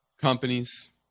companies